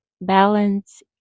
balance